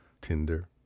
Tinder